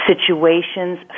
situations